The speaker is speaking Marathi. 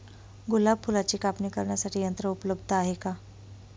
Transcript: गुलाब फुलाची कापणी करण्यासाठी यंत्र उपलब्ध आहे का?